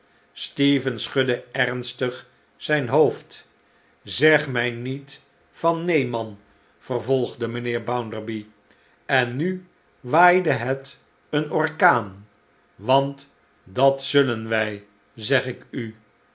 stephen schudde ernstig zijn hoofd zeg mij niet van neen man vervolgde mijnheer bounderby en nu waaide het een orkaan want dat zullen wij zeg ik u